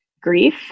grief